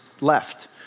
left